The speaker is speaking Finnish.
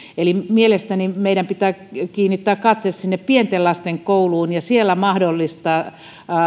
mielestäni meidän pitää kiinnittää katse pienten lasten kouluun ja siellä mahdollistaa